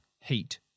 heat